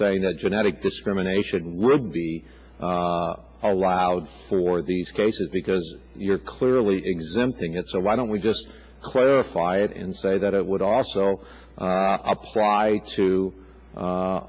saying the genetic discrimination will be allowed for these cases because you're clearly exempting it so why don't we just clarify it and say that it would also apply to